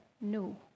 No